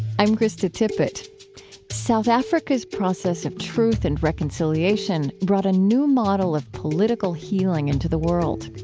i'm krista tippett south africa's process of truth and reconciliation brought a new model of political healing into the world,